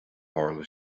tharla